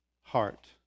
heart